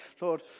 Lord